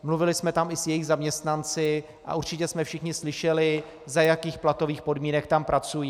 Mluvili jsme tam i s jejich zaměstnanci a určitě jsme všichni slyšeli, za jakých platových podmínek tam pracují.